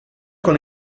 con